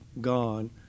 gone